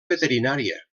veterinària